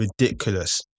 ridiculous